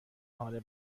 حال